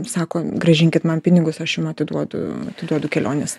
sako grąžinkit man pinigus aš jum atiduodu atiduodu kelionės